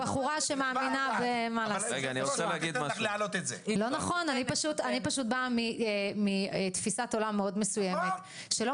--- אני פשוט באה מתפיסת עולם מאוד מסוימת שלא